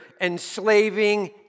enslaving